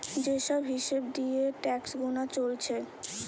যে সব হিসাব দিয়ে ট্যাক্স গুনা চলছে